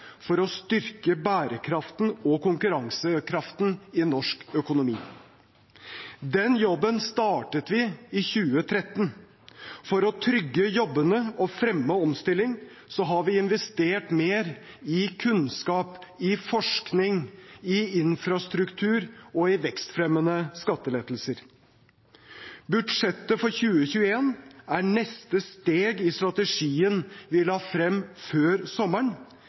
for å styrke bærekraften og konkurransekraften i norsk økonomi. Den jobben startet vi i 2013. For å trygge jobbene og fremme omstilling har vi investert mer i kunnskap, i forskning, i infrastruktur og i vekstfremmende skattelettelser. Budsjettet for 2021 er neste steg i strategien vi la frem før sommeren,